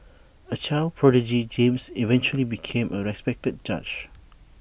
A child prodigy James eventually became A respected judge